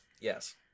Yes